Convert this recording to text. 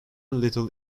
little